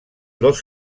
los